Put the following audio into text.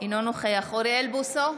אינו נוכח אוריאל בוסו,